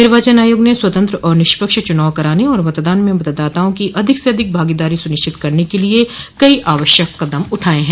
निर्वाचन आयोग ने स्वतंत्र और निष्पक्ष चुनाव कराने आर मतदान में मतदाताओं की अधिक से अधिक भागीदारी सुनिश्चित करने के लिए कई आवश्यक कदम उठाये हैं